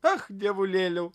ach dievulėliau